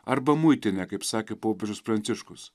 arba muitinę kaip sakė popiežius pranciškus